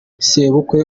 sebukwe